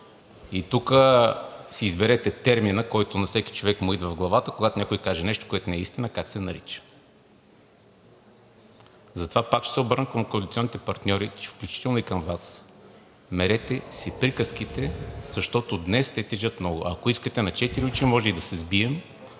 И тук си изберете термина, който на всеки човек му идва в главата, когато някой каже нещо, което не е истина, как се нарича. Затова пак ще се обърна към коалиционните партньори, включително и към Вас – мерете си приказките, защото днес те тежат много. Ако искате, на четири очи може и да се сбием,